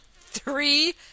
Three